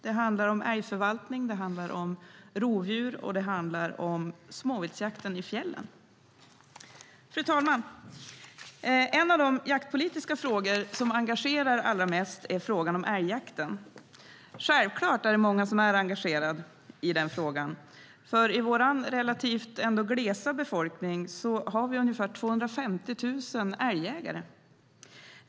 Det handlar om älgförvaltning, rovdjur och småviltsjakten i fjällen. Fru talman! En av de jaktpolitiska frågor som engagerar allra mest är frågan om älgjakten. Självklart är många engagerade i frågan. I vår relativt glesa befolkning har vi ändå 250 000 älgjägare.